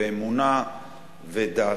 אמונה ודת.